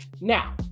Now